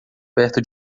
perto